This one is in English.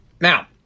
Now